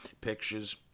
pictures